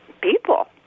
people